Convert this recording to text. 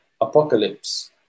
apocalypse